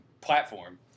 platform